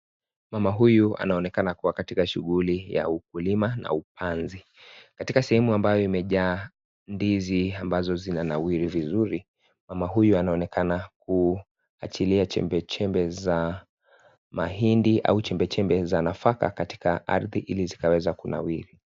Mama huyu anaonekana kuwa katika shughuli ya ukulima na upanzi. Katika sehemu ambayo imejaa ndizi ambazo zinanawiliri vizuri, mama huyu anaonekana kuajilia chebechebe za mahindi au chebechebe za nafaka katika ardhi ili zinaweza kunawiri.